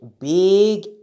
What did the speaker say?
big